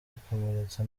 ikomeretsa